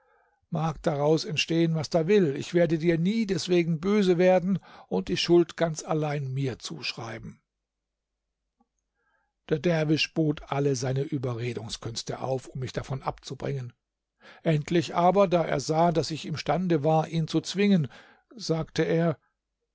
mag daraus entstehen was da will ich werde dir nie deswegen böse werden und die schuld ganz allein mir zuschreiben der derwisch bot alle seine überredungskünste auf um mich davon abzubringen endlich aber da er sah daß ich imstande war ihn zu zwingen sagte er